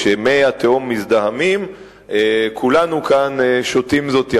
כשמי התהום מזדהמים כולנו כאן שותים זאת יחדיו,